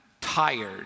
tired